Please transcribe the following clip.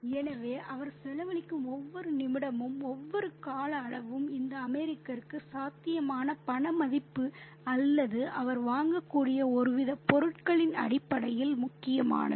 எனவே அவர் செலவழிக்கும் ஒவ்வொரு நிமிடமும் ஒவ்வொரு கால அளவும் இந்த அமெரிக்கருக்கு சாத்தியமான பண மதிப்பு அல்லது அவர் வாங்கக்கூடிய ஒருவித பொருட்களின் அடிப்படையில் முக்கியமானது